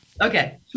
Okay